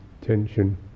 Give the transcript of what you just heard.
tension